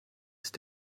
ist